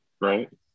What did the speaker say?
Right